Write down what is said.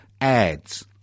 ads